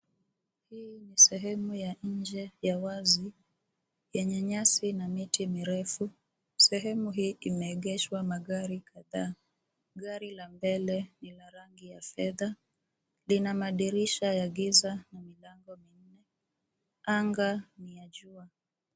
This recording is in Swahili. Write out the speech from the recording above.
Hii ni sehemu ya nje ya wazi, yenye nyasi na miti mirefu. Sehemu hii imeegeshwa magari kadhaa. Gari la mbele ni la rangi ya fedha . Lina madirisha ya giza na milango minne. Anga ni ya jua.